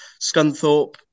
Scunthorpe